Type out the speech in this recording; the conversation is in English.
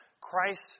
Christ